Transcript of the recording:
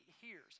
hears